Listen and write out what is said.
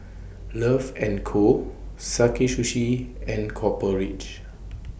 Love and Co Sakae Sushi and Copper Ridge